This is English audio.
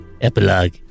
Epilogue